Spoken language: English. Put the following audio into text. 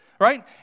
right